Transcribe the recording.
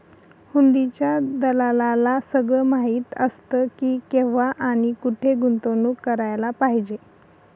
हुंडीच्या दलालाला सगळं माहीत असतं की, केव्हा आणि कुठे गुंतवणूक करायला पाहिजे